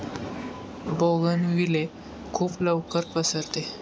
bougainvillea खूप लवकर पसरते